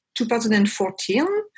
2014